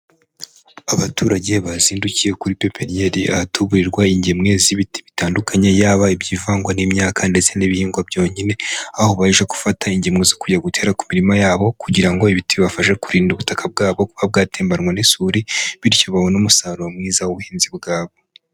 Abaturage bazindukiye kuri peperiyeri ahatuburirwa ingemwe z'ibiti bitandukanye, yaba ibyivangwa n'imyaka ndetse n'ibihingwa byonyine. Aho baje gufata ingeme zo kujya gutera ku mirima yabo kugira ngo ibiti bibashe kurinda ubutaka bwabo aho byatembanwe n'isuri. Bityo babone umusaruro mwiza w'ubuhinzi bwabo.